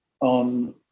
on